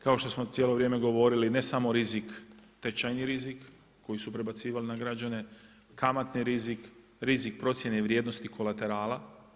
Kao što smo cijelo vrijeme govorili ne samo rizik, tečajni rizik koji su prebacivali na građane, kamatni rizik, rizik procjene vrijednosti kolaterala.